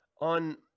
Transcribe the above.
on